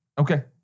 Okay